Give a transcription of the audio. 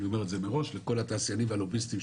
אני אומר את זה מראש לכל התעשיינים והלוביסטים,